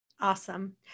Awesome